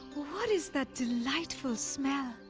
what is that delightful smell?